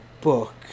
book